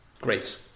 great